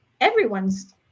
everyone's